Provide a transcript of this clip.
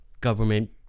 government